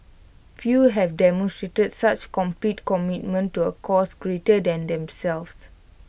few have demonstrated such complete commitment to A cause greater than themselves